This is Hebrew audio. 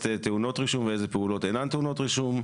טעונות רישום ואיזה פעולות אינן טעונות רישום,